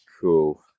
Cool